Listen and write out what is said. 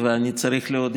וצריך להגיד